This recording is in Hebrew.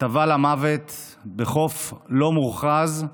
טבע למוות בחוף לא מוכרז,